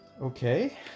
Okay